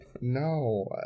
No